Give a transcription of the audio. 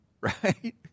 right